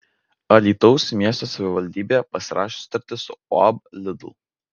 alytaus miesto savivaldybė pasirašė sutartį su uab lidl